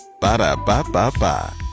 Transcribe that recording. Ba-da-ba-ba-ba